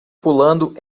pulando